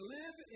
live